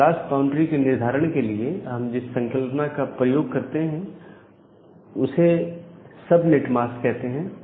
इस class boundary के निर्धारण के लिए हम जिस संकल्पना का प्रयोग करते हैं उसे सब नेटमास्क कहते हैं